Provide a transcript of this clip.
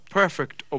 perfect